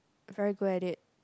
very good at it